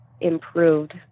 improved